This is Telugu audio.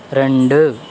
రెండు